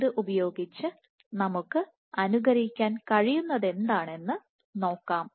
ഇത് ഉപയോഗിച്ച് നമുക്ക് അനുകരിക്കാൻ കഴിയുന്നതെന്തെന്ന് നോക്കാം